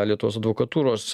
lietuvos advokatūros